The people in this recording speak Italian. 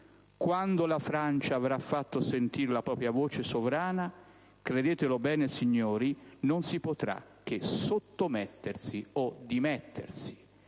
Quando la Francia avrà fatto sentire la propria voce sovrana, credetelo bene signori, non si potrà che sottomettersi o dimettersi».